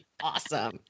awesome